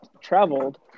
traveled